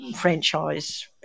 franchise